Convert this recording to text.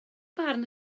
barn